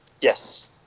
Yes